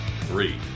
Three